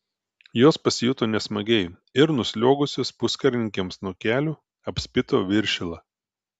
jos pasijuto nesmagiai ir nusliuogusios puskarininkiams nuo kelių apspito viršilą